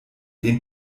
den